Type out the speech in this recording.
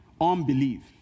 unbelief